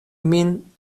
min